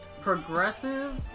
progressive